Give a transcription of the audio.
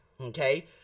okay